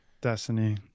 Destiny